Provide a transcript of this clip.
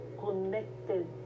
connected